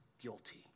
guilty